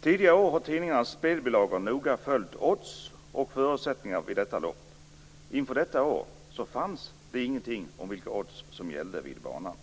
Tidigare år har tidningarnas spelbilagor noga följt odds och förutsättningar vid detta lopp. Inför detta år fanns det ingenting om vilka odds som gällde vid banan.